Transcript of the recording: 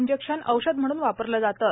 injection औषध म्हणून वापरले जाते